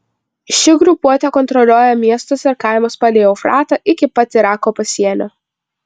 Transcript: ši grupuotė kontroliuoja miestus ir kaimus palei eufratą iki pat irako pasienio